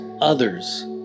others